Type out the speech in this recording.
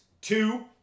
two